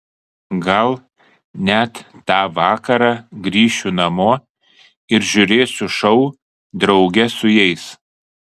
gal net tą vakarą grįšiu namo ir žiūrėsiu šou drauge su jais